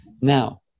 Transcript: Now